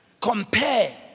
compare